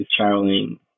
traveling